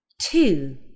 two